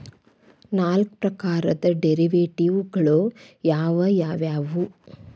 ನಾಲ್ಕ್ ಪ್ರಕಾರದ್ ಡೆರಿವೆಟಿವ್ ಗಳು ಯಾವ್ ಯಾವವ್ಯಾವು?